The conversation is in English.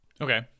okay